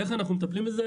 איך אנחנו מטפלים בזה?